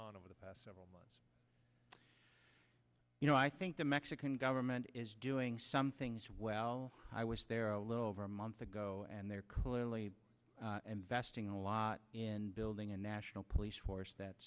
on over the past several months you know i think the mexican government is doing some things well i was there a little over a month ago and they're clearly vesting a lot in building a national police force that